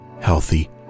healthy